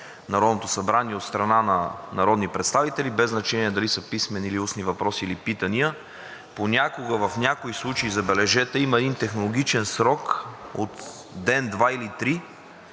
Народното събрание от страна на народни представители – без значение дали са писмени или устни въпроси или питания, понякога в някои случаи, забележете, има един технологичен срок от ден, два или три,